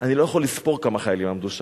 אני לא יכול לספור כמה חיילים עמדו שם,